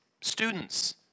students